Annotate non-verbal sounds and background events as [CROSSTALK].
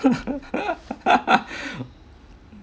[LAUGHS]